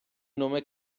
nome